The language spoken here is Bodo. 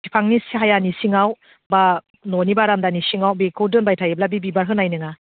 बिफांनि सायानि सिङाव बा न'नि बारान्दानि सिङाव बेखौ दोनबाय थायोब्ला बे बिबार होनाय नङा